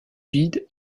vide